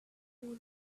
hill